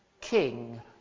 king